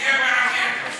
שיהיה מעניין.